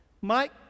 Mike